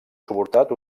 suportat